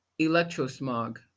electrosmog